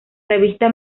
revista